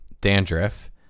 dandruff